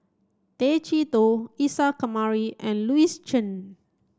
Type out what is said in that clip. Tay Chee Toh Isa Kamari and Louis Chen